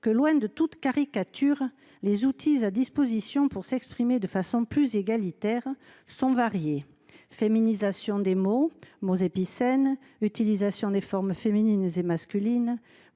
loin de toute caricature, que les outils disponibles pour s’exprimer de façon plus égalitaire sont variés – féminisation des termes, mots épicènes, utilisation des formes féminines et masculines